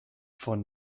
von